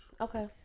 Okay